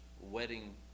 wedding